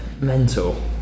Mental